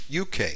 UK